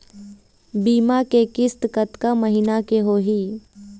बीमा के किस्त कतका महीना के होही?